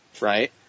right